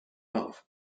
above